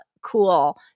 cool